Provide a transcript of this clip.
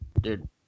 Dude